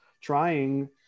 trying